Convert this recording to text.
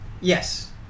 Yes